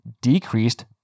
decreased